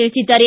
ತಿಳಿಸಿದ್ದಾರೆ